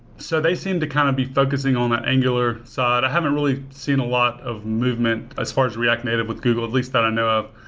so they seem to kind of be focusing on that angular side. i haven't really seen a lot of movement as far as react native with google at least that i know of.